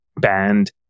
banned